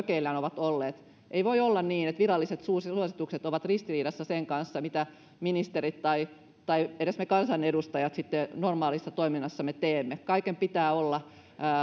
mökeillään olleet ei voi olla niin että viralliset suositukset ovat ristiriidassa sen kanssa mitä ministerit tai tai me kansanedustajat sitten normaalissa toiminnassamme teemme kaiken pitää olla